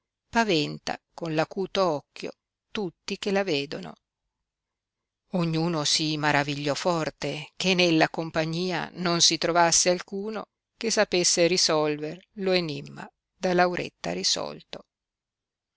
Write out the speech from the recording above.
paventa con l acuto occhio tutti che la vedono ognuno si maravigliò forte che nella compagnia non si trovasse alcuno che sapesse risolver lo enimma da lauretta risolto